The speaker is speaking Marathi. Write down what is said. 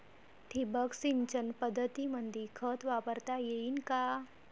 ठिबक सिंचन पद्धतीमंदी खत वापरता येईन का?